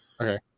Okay